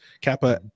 Kappa